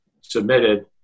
submitted